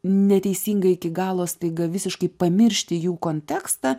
neteisingai iki galo staiga visiškai pamiršti jų kontekstą